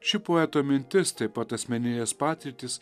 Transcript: ši poeto mintis taip pat asmeninės patirtys